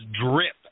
drip